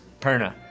perna